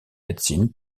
médecine